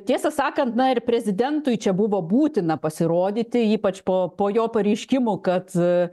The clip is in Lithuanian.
tiesą sakant na ir prezidentui čia buvo būtina pasirodyti ypač po po jo pareiškimų kad